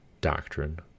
doctrine